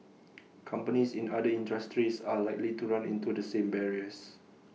companies in other industries are likely to run into the same barriers